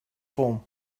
form